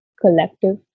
collective